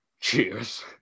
Cheers